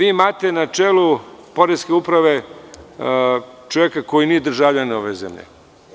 Imate na čelu poreske uprave čoveka koji nije državljanin ove zemlje.